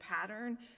pattern